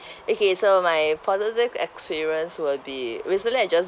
okay so my positive experience will be recently I just